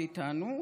כמה מאיתנו,